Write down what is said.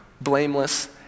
blameless